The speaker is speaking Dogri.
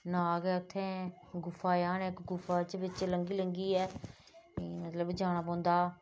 नाग ऐ उत्थै गुफा जन इक गुफा च बिच्च लंघी लंघियै इ'यां मतलब जाना पौंदा